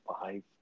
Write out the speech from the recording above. five